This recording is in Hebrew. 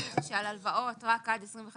להגיד שעל הלוואות רק עד 25%